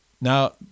Now